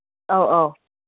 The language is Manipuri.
ꯑꯧ ꯑꯧ